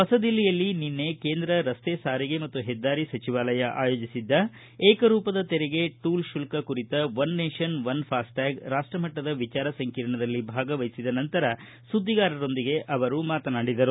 ಹೊಸದಿಲ್ಲಿಯಲ್ಲಿ ನಿನ್ನೆ ಕೇಂದ್ರ ರಸ್ತೆ ಸಾರಿಗೆ ಮತ್ತು ಹೆದ್ದಾರಿ ಸಚಿವಾಲಯ ಆಯೋಜಿಸಿದ್ದ ಏಕರೂಪದ ತೆರಿಗೆ ಟೂಲ್ ಶುಲ್ಕ ಕುರಿತ ಒನ್ ನೇಷನ್ ಒನ್ ಫಾಸ್ಟಾಗ್ ರಾಷ್ಟಮಟ್ಟದ ವಿಚಾರ ಸಂಕಿರಣದಲ್ಲಿ ಭಾಗವಹಿಸಿದ ನಂತರ ಸುದ್ದಿಗಾರರೊಂದಿಗೆ ಆವರು ಮಾತನಾಡಿದರು